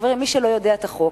חברים, מי שלא יודעים את החוק,